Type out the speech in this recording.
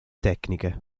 tecniche